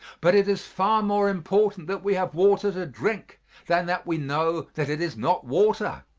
but it is far more important that we have water to drink than that we know that it is not water.